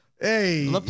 hey